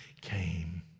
came